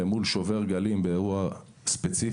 למול שובר גלים באירוע ספציפי,